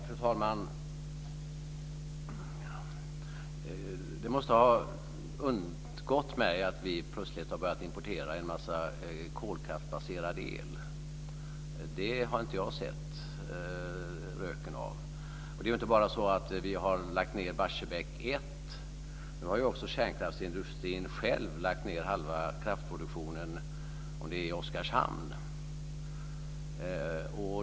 Fru talman! Det måste ha undgått mig att vi plötsligt har börjat att importera en massa kolkraftsbaserad el. Det har inte jag sett röken av. Det är inte bara så att vi har lagt ned Barsebäck 1. Nu har ju också kärnkraftsindustrin själv lagt ned halva kraftproduktionen i Oskarshamn.